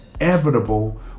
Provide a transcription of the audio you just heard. inevitable